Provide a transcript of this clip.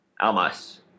Almas